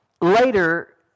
Later